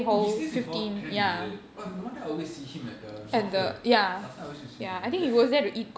oh he stays in hall ten is it oh no wonder I always see him at the north hill last time I always used to see him then it